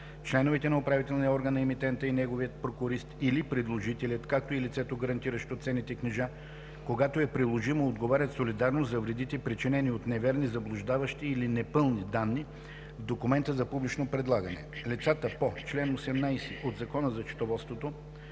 Членовете на управителния орган на емитента и неговият прокурист или предложителят, както и лицето, гарантиращо ценните книжа, когато е приложимо, отговарят солидарно за вредите, причинени от неверни, заблуждаващи или непълни данни в документа за публично предлагане. Лицата по чл. 18 от Закона за счетоводството